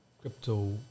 crypto